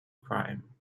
crime